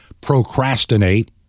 procrastinate